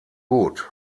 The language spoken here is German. gut